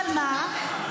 אבל מה?